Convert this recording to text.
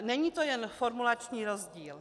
Není to jen formulační rozdíl.